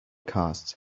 costs